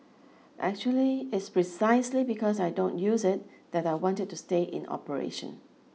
actually it's precisely because I don't use it that I want it to stay in operation